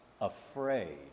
afraid